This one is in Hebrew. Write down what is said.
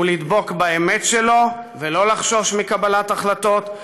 לדבוק באמת שלו ולא לחשוש מקבלת החלטות,